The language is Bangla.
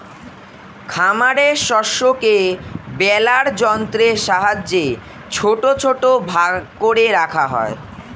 খামারের শস্যকে বেলার যন্ত্রের সাহায্যে ছোট ছোট ভাগ করে রাখা হয়